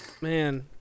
man